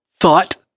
thought